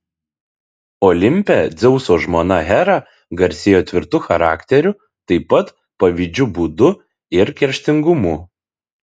olimpe dzeuso žmona hera garsėjo tvirtu charakteriu taip pat pavydžiu būdu ir kerštingumu